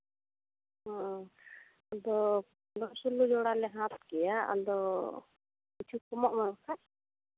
ᱚ ᱟᱫᱚ ᱫᱚᱥ ᱥᱳᱞᱳ ᱡᱚᱲᱟᱞᱮ ᱦᱟᱴ ᱠᱮᱭᱟ ᱟᱫᱚ ᱠᱤᱪᱷᱩ ᱠᱚᱢᱚᱜ ᱢᱮ ᱵᱟᱠᱷᱟᱡ